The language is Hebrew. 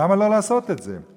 למה לא לעשות את זה?